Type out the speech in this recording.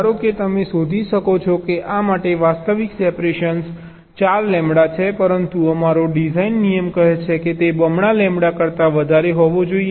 ધારો કે તમે શોધી શકો છો કે આ માટે વાસ્તવિક સેપરેશન 4 લેમ્બડા છે પરંતુ અમારો ડિઝાઇન નિયમ કહે છે કે તે બમણા લેમ્બડા કરતા વધારે હોવો જોઈએ